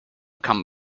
come